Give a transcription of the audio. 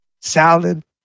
salad